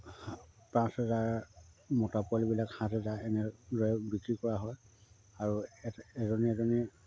পাঁচ হেজাৰ মতা পোৱালিবিলাক সাত হেজাৰ এনেদৰে বিক্ৰী কৰা হয় আৰু এ এজনী এজনী